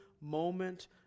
moment